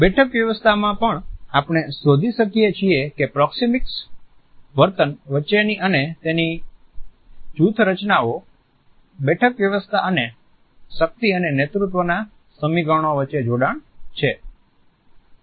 બેઠક વ્યવસ્થામાં પણ આપણે શોધી શકીએ છીએ કે પ્રોક્સિમીકસ વર્તન વચ્ચે અને તેની જૂથ રચનાઓ બેઠક વ્યવસ્થા અને શકિત અને નેતૃત્વના સમીકરણો વચ્ચે જોડાણ છે